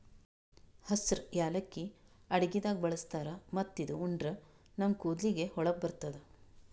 ಹಸ್ರ್ ಯಾಲಕ್ಕಿ ಅಡಗಿದಾಗ್ ಬಳಸ್ತಾರ್ ಮತ್ತ್ ಇದು ಉಂಡ್ರ ನಮ್ ಕೂದಲಿಗ್ ಹೊಳಪ್ ಬರ್ತದ್